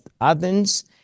Athens